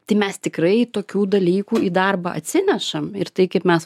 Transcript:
tai mes tikrai tokių dalykų į darbą atsinešam ir tai kaip mes